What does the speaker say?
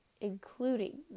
including